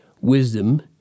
wisdom